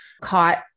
caught